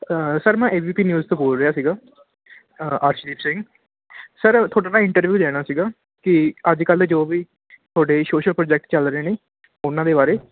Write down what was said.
sir ਮੈਂ A B P news ਤੋਂ ਬੋਲ ਰਿਹਾ ਸੀਗਾ ਅਰਸ਼ਦੀਪ ਸਿੰਘ ਸਰ ਤੁਹਾਡਾ ਨਾ ਇੰਟਰਵਿਊ ਲੈਣਾ ਸੀਗਾ ਕਿ ਅੱਜ ਕੱਲ੍ਹ ਜੋ ਵੀ ਤੁਹਾਡੇ ਸੋਸ਼ਲ ਪ੍ਰੋਜੈਕਟ ਚੱਲ ਰਹੇ ਨੇ ਉਹਨਾਂ ਦੇ ਬਾਰੇ